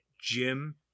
Jim